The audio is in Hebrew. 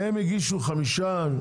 הם הגישו חמישה.